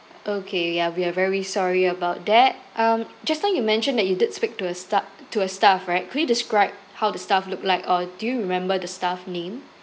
okay ya we are very sorry about that um just now you mentioned that you did speak to a sta~ to a staff right could you describe how the staff looked like or do you remember the staff name